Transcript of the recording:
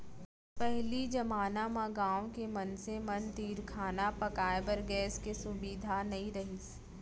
पहिली जमाना म गॉँव के मनसे मन तीर खाना पकाए बर गैस के सुभीता नइ रहिस